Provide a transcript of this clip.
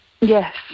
Yes